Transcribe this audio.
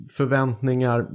förväntningar